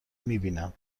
میبینم